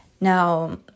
Now